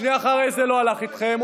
ושנייה אחרי זה לא הלך איתכם,